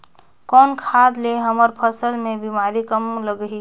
कौन खाद ले हमर फसल मे बीमारी कम लगही?